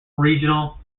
regional